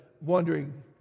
wondering